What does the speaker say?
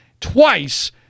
Twice